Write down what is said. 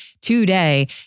today